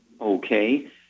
Okay